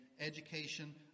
education